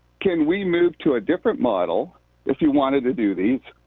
can we move to a different model if you wanted to do these,